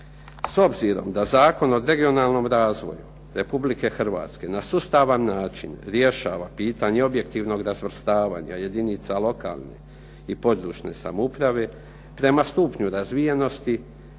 S obzirom da Zakon o regionalnom razvoju Republike Hrvatske na sustavan način rješava pitanje objektivnog razvrstavanja jedinica lokalne i područne samouprave prema stupnju razvijenosti,